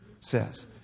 says